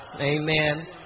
Amen